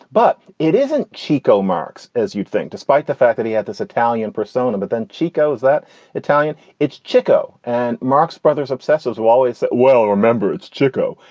but it isn't chico marx, as you'd think. despite the fact that he had this italian persona. but then chico was that italian. it's chico and marx brothers obsessives who always well, remember, it's chico.